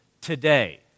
today